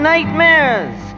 Nightmares